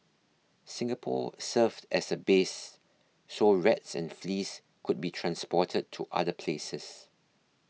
Singapore served as a base so rats and fleas could be transported to other places